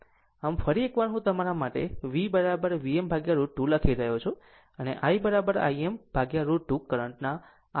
આમ ફરી એક વાર હું તમારા માટે V Vm √ 2 લખી રહ્યો છું અને I Im √ 2 કરંટ ના RMS મૂલ્ય છે